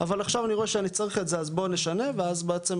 אבל עכשיו אני רואה שאני צריך את זה אז בוא נשנה ואז בעצם,